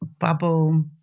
bubble